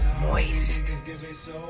Moist